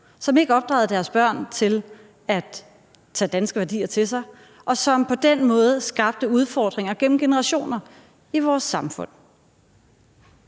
som ikke opdragede deres børn til at tage danske værdier til sig, og som på den måde skabte udfordringer gennem generationer i vores samfund.